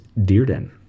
dearden